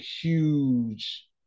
huge